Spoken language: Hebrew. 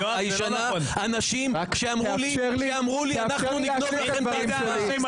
היו אנשים שאמרו לי: אנחנו נגנוב לכם את ההצבעה.